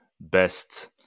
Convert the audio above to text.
best